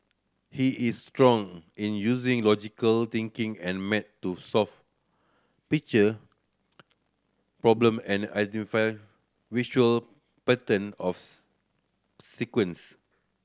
he is strong in using logical thinking and maths to solve picture problem and identify visual pattern sequence